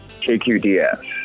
KQDS